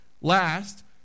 last